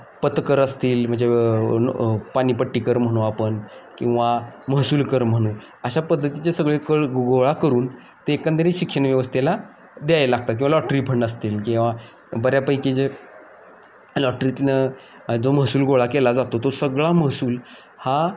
पथकर असतील म्हणजे पाणीपट्टी कर म्हणू आपण किंवा महसूलक र म्हणू अशा पद्धतीचे सगळे कर गोळा करून ते एकंदरीत शिक्षणव्यवस्थेला द्यायला लागतात किंवा लॉटरी फंड असतील किंवा बऱ्यापैकी जे लॉटरीतून जो महसूल गोळा केला जातो तो सगळा महसूल हा